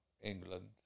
England